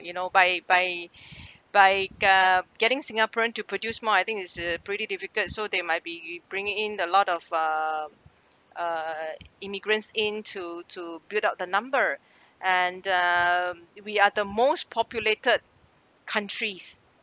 you know by by by ah getting singaporean to produce more I think is uh pretty difficult so they might be bringing in a lot of uh uh immigrants in to to build up the number and uh we are the most populated countries